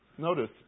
Notice